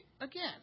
again